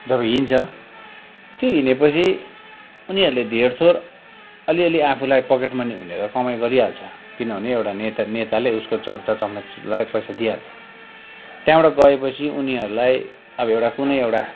जब हिँड्छ त्यो हिँडे पछि उनीहरूले धेर थोर अलिअलि आफूलाई पकेट मनी हुने कमाइ गरिहाल्छ किनभने एउटा नेता नेताले उसको चर्चा चमचालाई पैसा दिइहाल्छ त्यहाँबाट गएपछि उनीहरूलाई अब एउटा कुनै एउटा